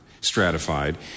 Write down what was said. stratified